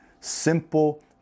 simple